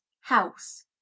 house